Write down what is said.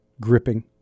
gripping